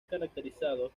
caracterizado